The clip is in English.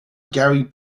gary